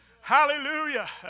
Hallelujah